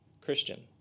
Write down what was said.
Christian